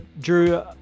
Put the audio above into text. Drew